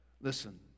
Listen